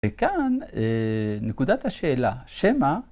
‫וכאן נקודת השאלה, שמא...